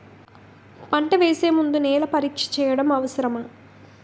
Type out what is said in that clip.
పంట వేసే ముందు నేల పరీక్ష చేయటం అవసరమా?